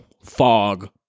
fog